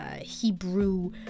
Hebrew